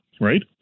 right